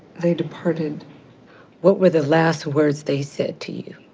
they departed what were the last words they said to you